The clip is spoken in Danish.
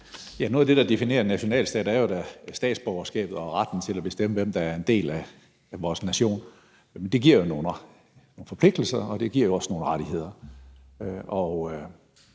Noget af det, der definerer en nationalstat, er jo statsborgerskabet og retten til at bestemme, hvem der er en del af vores nation. Det giver jo nogle forpligtelser, og det giver også nogle rettigheder.